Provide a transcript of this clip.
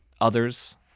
others